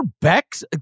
Becks